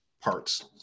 parts